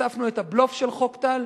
וחשפנו את הבלוף של חוק טל,